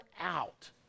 out